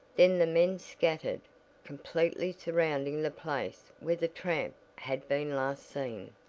then the men scattered completely surrounding the place where the tramp had been last seen.